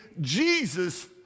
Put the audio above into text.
Jesus